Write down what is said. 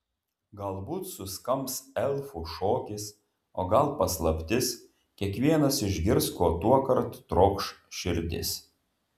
galbūt suskambs elfų šokis o gal paslaptis kiekvienas išgirs ko tuokart trokš širdis